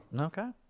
Okay